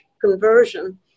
conversion